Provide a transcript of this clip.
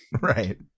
right